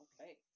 okay